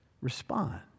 respond